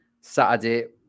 Saturday